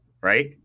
right